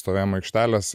stovėjimo aikštelės